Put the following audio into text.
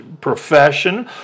profession